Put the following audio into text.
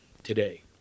today